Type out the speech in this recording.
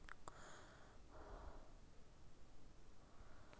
ಮೂವತ್ತ ಲಕ್ಷಕ್ಕಿಂತ್ ಜಾಸ್ತಿ ಆಸ್ತಿ ಆಯ್ತು ಅಂದುರ್ ಒಂದ್ ಪರ್ಸೆಂಟ್ ವೆಲ್ತ್ ಟ್ಯಾಕ್ಸ್ ಕಟ್ಬೇಕ್